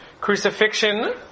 Crucifixion